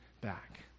back